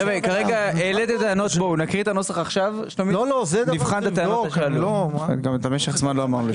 נקריא עכשיו את הנוסח ונבחן אחר כך את הטענות.